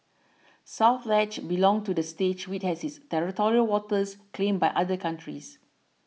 South Ledge belonged to the state which has its territorial waters claimed by other countries